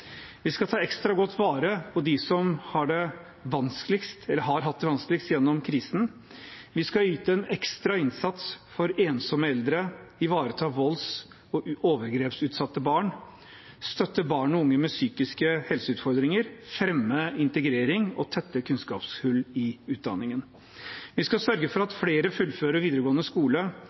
Vi skal ta ekstra godt vare på dem som har hatt det vanskeligst gjennom krisen, vi skal yte en ekstra innsats for ensomme eldre, ivareta volds- og overgrepsutsatte barn, støtte barn og unge med psykiske helseutfordringer, fremme integrering og tette kunnskapshull i utdanningen. Vi skal sørge for at flere fullfører videregående skole,